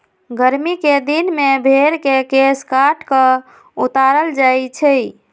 गरमि कें दिन में भेर के केश काट कऽ उतारल जाइ छइ